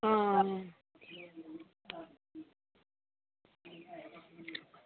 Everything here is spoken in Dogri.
आं